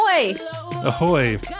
Ahoy